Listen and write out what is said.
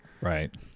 Right